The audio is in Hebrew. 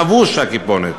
חבוש הכיפונת,